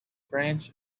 branch